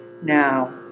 now